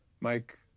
Mike